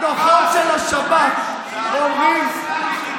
הדוחות של השב"כ אומרים,